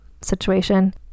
situation